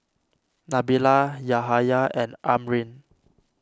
Nabila Yahaya and Amrin